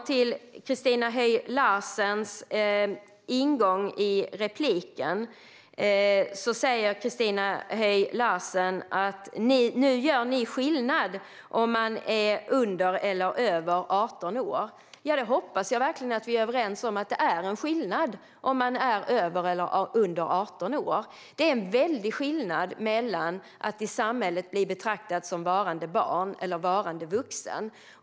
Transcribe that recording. Christina Höj Larsen säger i sitt inlägg: Nu gör ni skillnad på om man är under eller över 18 år. Ja, jag hoppas verkligen att vi är överens om att det är skillnad på att vara över eller under 18 år. Det är en väldig skillnad mellan att i samhället bli betraktad som varande barn och varande vuxen.